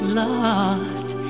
lost